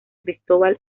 cristóbal